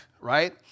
right